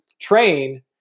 train